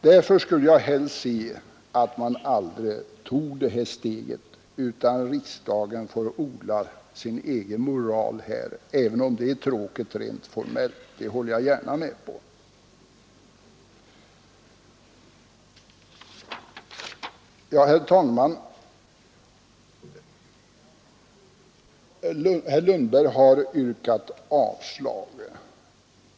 Därför skulle jag helst se att man inte tog det här steget utan att riksdagen fick odla sin egen moral i den här frågan, även om det är tråkigt rent formellt, det håller jag gärna med om. Herr Lundberg har yrkat avslag på utskottets hemställan.